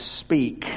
speak